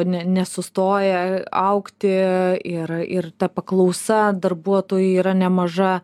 ne nesustoja augti ir ir ta paklausa darbuotojų yra nemaža